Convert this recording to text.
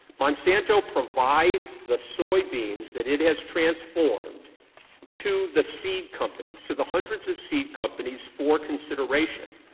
monsanto provides the soybeans that it has transformed to the seed companies, to the hundreds of seed companies for consideration.